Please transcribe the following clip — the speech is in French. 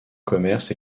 commerce